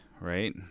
right